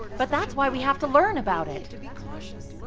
but that's why we have to learn about it!